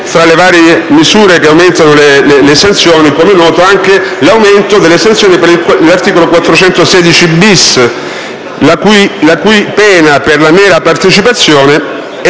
tra le varie misure che aumentano le sanzioni, come è noto, anche l'aumento delle sanzioni per l'articolo 416-*bis*, la cui pena per la mera partecipazione è